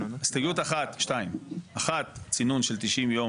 הסתייגות אחת צינון של 90 יום,